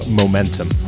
Momentum